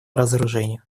разоружению